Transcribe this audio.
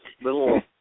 little